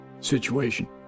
situation